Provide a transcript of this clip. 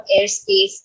airspace